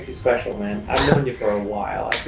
special, man. i've known you for a while,